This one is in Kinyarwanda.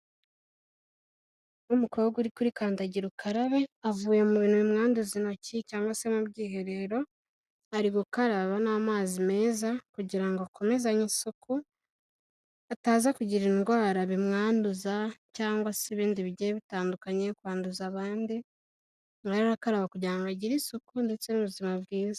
Nk'umukobwa uri kuri kandagira ukarabe avuye mu bintu bimwanduza intoki cyangwa se mu bwiherero, ari gukaraba n'amazi meza kugira ngo akomezanye isuku ataza kugira indwara bimwanduza cyangwa se ibindi bigiye bitandukanye, kwanduza abandi arimo arakaraba kugira ngo agire isuku ndetse n'ubuzima bwiza.